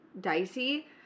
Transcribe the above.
dicey